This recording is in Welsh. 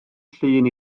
llun